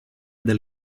del